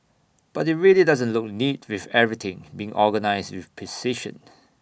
but IT really doesn't look neat with everything being organised with precision